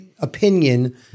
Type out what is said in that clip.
opinion